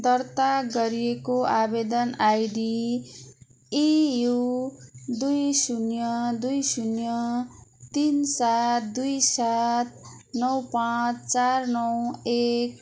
दर्ता गरिएको आवेदन आइडी एयु दुई शून्य दुई शून्य तिन सात दुई सात नौ पाँच चार नौ एक